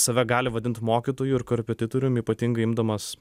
save gali vadint mokytoju ir korepetitorium ypatingai imdamas